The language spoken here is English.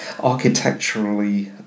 architecturally